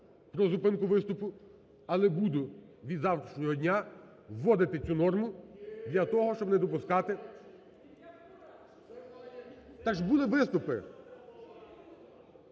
про зупинку виступу, але буду від завтрашнього дня вводити цю норму для того, щоб не допускати… (Шум у